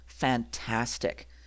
fantastic